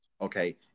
Okay